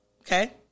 Okay